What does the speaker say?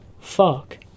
Fuck